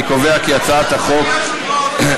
אני קובע כי הצעת החוק עברה,